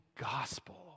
gospel